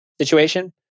situation